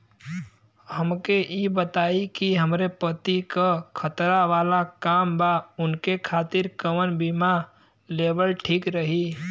हमके ई बताईं कि हमरे पति क खतरा वाला काम बा ऊनके खातिर कवन बीमा लेवल ठीक रही?